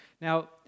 Now